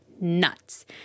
nuts